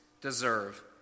deserve